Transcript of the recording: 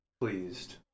pleased